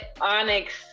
onyx